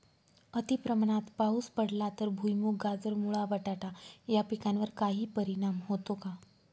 अतिप्रमाणात पाऊस पडला तर भुईमूग, गाजर, मुळा, बटाटा या पिकांवर काही परिणाम होतो का?